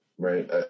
Right